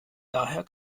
daher